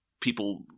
people